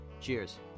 Cheers